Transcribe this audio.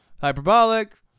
hyperbolic